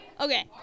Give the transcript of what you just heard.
Okay